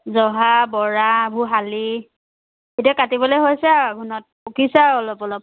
জহা বৰা আহু শালি এতিয়া কাটিবলে হৈছে আঘোনত পকিছে আৰু অলপ অলপ